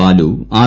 Balu R